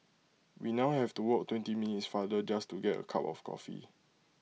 we now have to walk twenty minutes farther just to get A cup of coffee